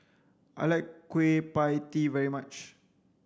I like kueh pie tee very much